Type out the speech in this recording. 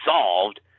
solved